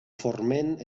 forment